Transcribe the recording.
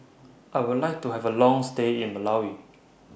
I Would like to Have A Long stay in Malawi